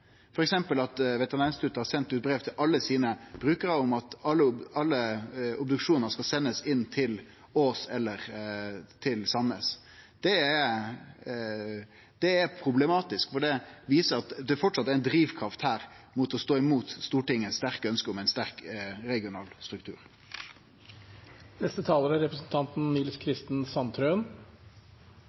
f.eks. at Veterinærinstituttet har sendt ut brev til alle brukarane sine om at alle obduksjonar skal sendast til Ås eller til Sandnes. Det er problematisk, for det viser at det framleis er ei drivkraft til å stå imot Stortingets sterke ønske om ein sterk regional